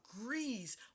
agrees